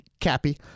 Cappy